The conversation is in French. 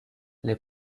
les